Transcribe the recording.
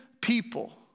people